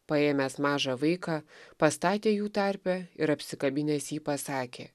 paėmęs mažą vaiką pastatė jų tarpe ir apsikabinęs jį pasakė